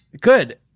Good